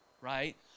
right